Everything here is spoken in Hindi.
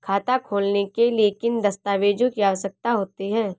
खाता खोलने के लिए किन दस्तावेजों की आवश्यकता होती है?